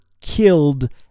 killed